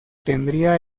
tendría